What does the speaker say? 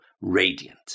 radiant